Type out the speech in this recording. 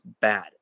bad